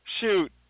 shoot